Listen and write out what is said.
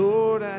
Lord